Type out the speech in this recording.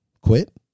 Quit